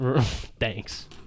Thanks